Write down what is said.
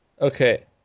Okay